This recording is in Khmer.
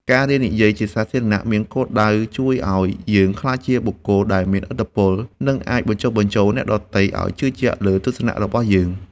ការរៀននិយាយជាសាធារណៈមានគោលដៅជួយឱ្យយើងក្លាយជាបុគ្គលដែលមានឥទ្ធិពល និងអាចបញ្ចុះបញ្ចូលអ្នកដទៃឱ្យជឿជាក់លើទស្សនៈរបស់យើង។